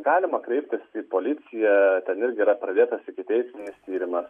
galima kreiptis į policiją ten irgi yra pradėtas ikiteisminis tyrimas